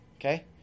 Okay